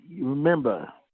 remember